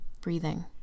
Breathing